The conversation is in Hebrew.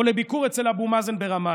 או לביקור אצל אבו מאזן ברמאללה?